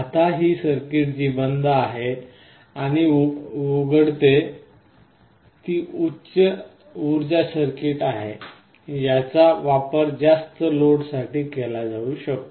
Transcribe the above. आता ही सर्किट जी बंद होते आणि उघडते ती उच्च उर्जा सर्किट आहे याचा वापर जास्त लोड साठी केला जाऊ शकतो